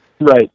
right